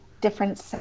different